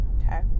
Okay